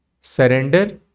Surrender